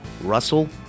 Russell